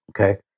okay